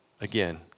Again